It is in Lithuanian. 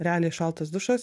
realiai šaltas dušas